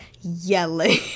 yelling